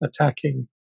attacking